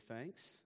thanks